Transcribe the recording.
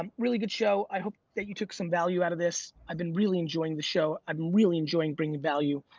um really good show. i hope that you took some value out of this. i've been really enjoying the show. i'm really enjoying bringing value.